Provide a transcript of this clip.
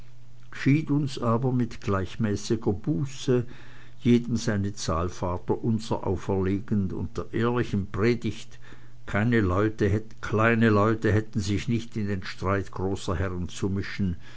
uns aber mit gleichmäßiger buße jedem seine zahl vaterunser auferlegend und der ehrlichen predigt kleine leute hätten sich nicht in den streit großer herren zu mischen